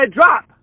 drop